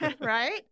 Right